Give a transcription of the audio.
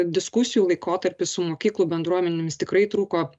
diskusijų laikotarpis su mokyklų bendruomenėmis tikrai truko